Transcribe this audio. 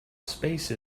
space